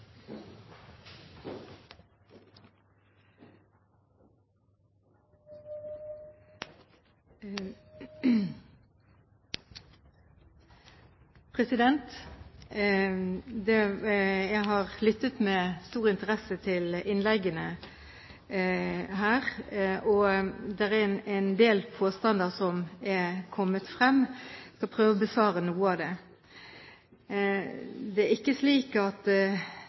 politisk debatt. Jeg har lyttet med stor interesse til innleggene her. Det er en del påstander som har kommet frem, og jeg skal prøve å besvare noen av dem. Det er ikke slik at